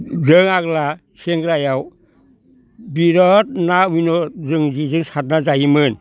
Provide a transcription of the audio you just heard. जों आग्ला सेंग्रायाव बिराद ना उयन' जों जेजों सारना जायोमोन